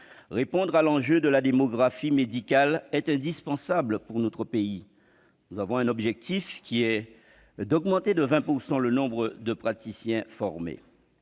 Répondre à l'enjeu de la démographie médicale est indispensable pour notre pays. L'objectif est d'augmenter de 20 % environ le nombre de praticiens formés.